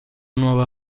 nuova